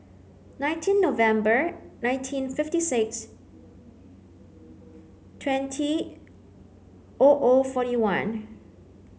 nineteen November nineteen fifty six twenty O O forty one